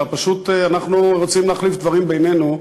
אלא פשוט אנחנו רוצים להחליף דברים בינינו,